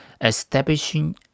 establishing